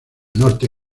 norte